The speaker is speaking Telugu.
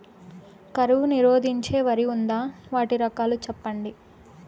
కరువు నిరోధించే వరి ఉందా? వాటి రకాలు చెప్పండి?